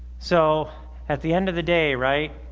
so at the end of the day right